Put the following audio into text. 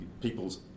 people's